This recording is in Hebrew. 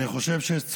אני חושב שיש צורך,